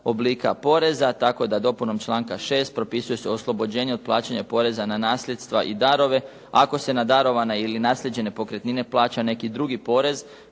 oblika poreza tako da dopunom članka 6. propisuje se oslobođenje od plaćanja poreza na nasljedstva i darova ako se na darovane ili naslijeđene pokretnine plaća neki drugi porez